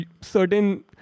certain